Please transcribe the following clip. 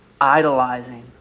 idolizing